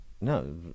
no